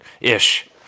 ish